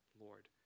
Lord